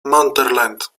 montherlant